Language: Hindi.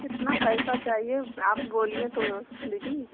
कितना पैसा चाहिए आप बोलिए तो दीदी